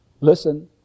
listen